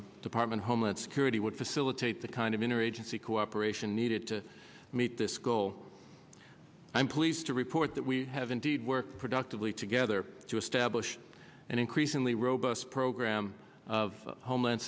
the department of homeland security would facilitate the kind of inner agency cooperation needed to meet this goal i'm pleased to report that we have indeed work productively together to establish an increasingly robust program of homeland